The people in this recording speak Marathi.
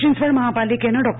पिंपरी चिंचवड महापालिकेनं डॉ